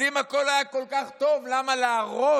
אז אם הכול היה כל כך טוב, למה להרוס?